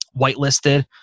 whitelisted